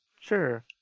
Sure